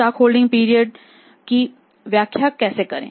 stock holding period की व्याख्या कैसे करें